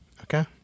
okay